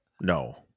No